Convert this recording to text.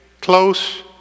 close